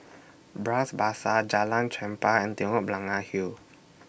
Bras Basah Jalan Chempah and Telok Blangah Hill